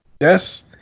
Yes